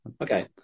Okay